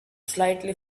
slightly